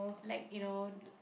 like you know